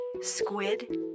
squid